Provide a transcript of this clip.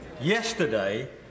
Yesterday